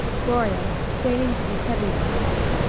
gloria, feigning to be heavy with sleep,